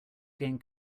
gain